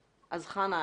אנחנו איתך.